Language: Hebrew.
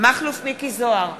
מכלוף מיקי זוהר,